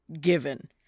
given